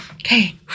Okay